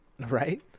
Right